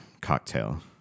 cocktail